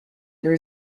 there